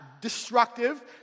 destructive